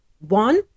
One